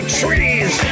trees